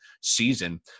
season